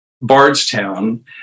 bardstown